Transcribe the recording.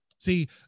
See